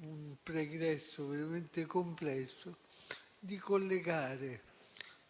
un pregresso veramente complesso, di collegare